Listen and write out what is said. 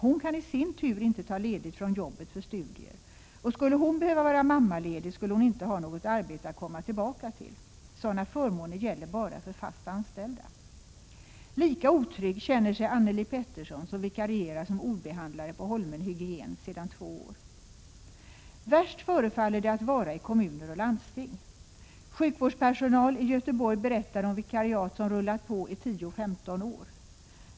Hon kan i sin tur inte ta ledigt från jobbet för studier, och skulle hon behöva vara mammaledig skulle hon inte ha något arbete att komma tillbaka till. Sådana förmåner gäller bara för fast anställda. Lika otrygg känner sig Anneli Petterson, som vikarierar som orderbehandlare på Holmen Hygien sedan två år. Värst förefaller det att vara i kommuner och landsting. Sjukvårdspersonal i Göteborg berättar om vikariat som rullat på i 10-15 år.